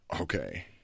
Okay